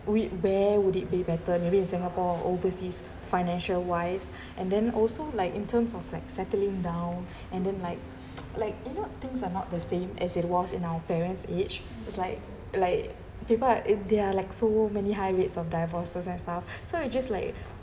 we where would it be better maybe in singapore or overseas financial wise and then also like in terms of like settling down and then like like you know things are not the same as it was in our parents' age it's like like people if there are like so many high rate of divorces and stuff so you just like